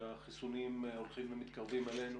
שהחיסונים הולכים ומתקרבים אלינו